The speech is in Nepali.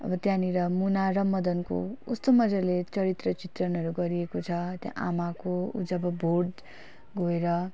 अब त्यहाँनिर मुना र मदनको कस्तो मज्जाले चरित्र चित्रणहरू गरिएको छ त्यहाँ आमाको उ जब भोट गएर